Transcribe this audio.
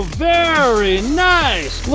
very nice! look